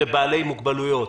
בבעלי מוגבלויות,